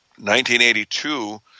1982